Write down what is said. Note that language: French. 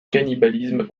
cannibalisme